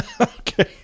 Okay